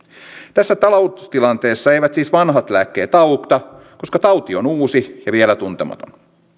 tässä taloustilanteessa eivät siis vanhat lääkkeet auta koska tauti on uusi ja vielä tuntematon